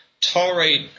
tolerate